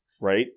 right